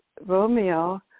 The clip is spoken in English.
Romeo